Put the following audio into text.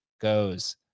goes